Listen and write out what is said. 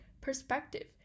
perspective